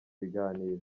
biganiro